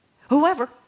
Whoever